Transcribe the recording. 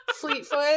Fleetfoot